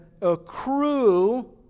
accrue